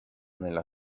nella